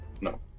no